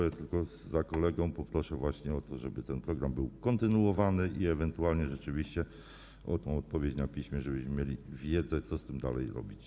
Ja tylko za kolegą poproszę właśnie o to, żeby ten program był kontynuowany i ewentualnie rzeczywiście o odpowiedź na piśmie, żebyśmy mieli wiedzę, co z tym dalej robić.